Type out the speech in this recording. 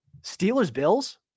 Steelers-Bills